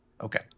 Okay